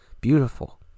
beautiful